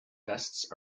vests